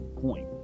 point